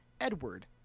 Edward